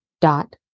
dot